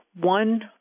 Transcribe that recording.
one